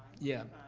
yeah.